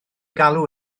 galw